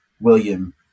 William